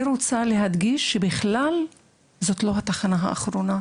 אבל אני רוצה להגיד שיש פעמים רבות בהן זו בכלל לא התחנה האחרונה,